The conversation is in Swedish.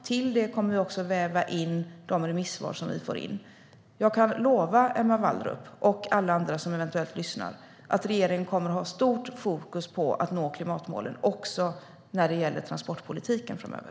Till det kommer vi också att väva in de remissvar som vi får in. Jag kan lova Emma Wallrup och alla andra som eventuellt lyssnar att regeringen kommer att ha stort fokus på att nå klimatmålen också när det gäller transportpolitiken framöver.